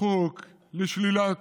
החוק לשלילת